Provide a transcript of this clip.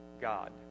God